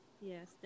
Yes